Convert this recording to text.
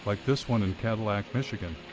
like this one in cadillac, michigan.